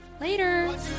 Later